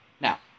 Now